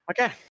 Okay